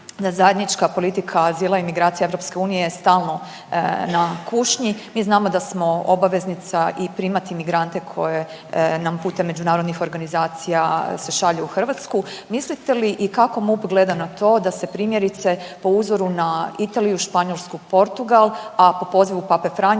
zajednička politika azila imigracija EU stalno na kušnji. Mi znamo da smo obaveznica i primati migrante koje nam putem međunarodnih organizacija se šalju u Hrvatsku. Mislite li i kako MUP gleda na to da se primjerice po uzoru na Italiju, Španjolsku, Portugal, a po pozivu pape Franje